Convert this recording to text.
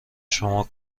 شما